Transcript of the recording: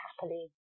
happily